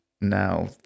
now